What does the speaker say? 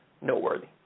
noteworthy